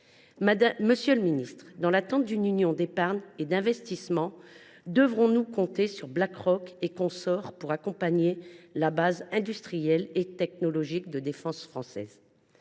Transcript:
Monsieur le ministre, dans l’attente d’une Union pour l’épargne et l’investissement, devrons nous compter sur BlackRock et consorts pour accompagner la base industrielle et technologique de défense française ?